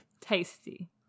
Tasty